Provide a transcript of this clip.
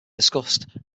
discussed